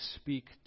speak